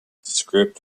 script